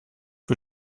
für